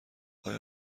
آیا